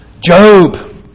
Job